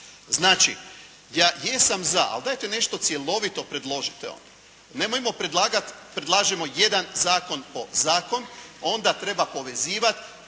Znači, ja jesam za, ali dajte nešto cjelovito predložite onda. Nemojmo predlagati, predlažemo jedan zakon po zakon, onda treba povezivati.